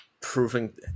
proving